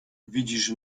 widzisz